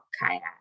kayak